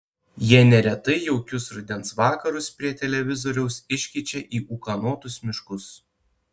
jie neretai jaukius rudens vakarus prie televizoriaus iškeičia į ūkanotus miškus